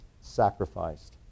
sacrificed